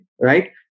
right